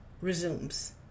resumes